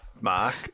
Mark